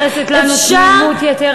אפשר, תודה שאת מייחסת לנו תמימות יתרה.